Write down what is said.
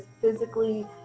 physically